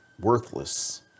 worthless